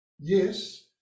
Yes